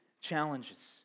challenges